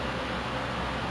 like you study